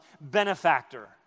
benefactor